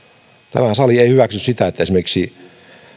tämä sali ei hyväksy sitä että esimerkiksi